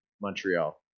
Montreal